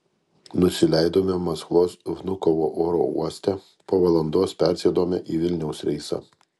nusileidome maskvos vnukovo oro uoste po valandos persėdome į vilniaus reisą